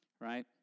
Right